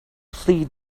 plea